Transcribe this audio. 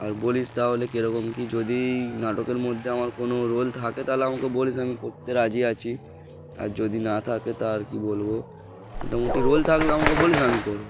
আর বলিস তাহলে কীরকম কী যদি নাটকের মধ্যে আমার কোনো রোল থাকে তাহলে আমাকে বলিস আমি করতে রাজি আছি আর যদি না থাকে তা আর কী বলবো মোটামুটি রোল থাকলে আমাকে বলিস আমি করব